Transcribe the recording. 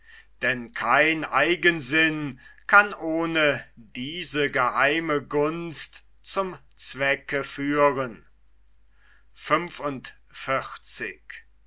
denn kein eigensinn kann ohne diese geheime gunst zum zwecke führen